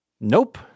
Nope